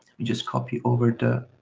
we just copy over